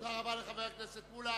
תודה רבה לחבר הכנסת מולה.